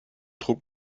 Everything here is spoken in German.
trug